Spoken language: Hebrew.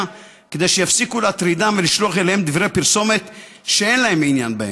כדי שיפסיקו להטרידם ולשלוח אליהם דברי פרסומת שאין להם עניין בהם.